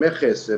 מכס,